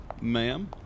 Ma'am